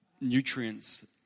nutrients